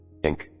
Inc